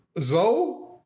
Zoe